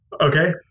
Okay